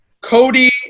Cody